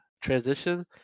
transition